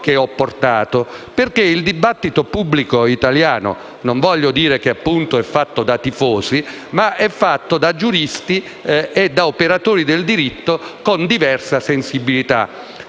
il dibattito pubblico italiano sia fatto da tifosi, ma da giuristi e da operatori del dritto con diverse sensibilità